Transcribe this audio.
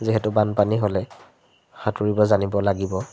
যিহেতু বানপানী হ'লে সাঁতুৰিব জানিব লাগিব